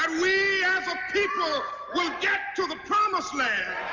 and we as a people will get to the promised land.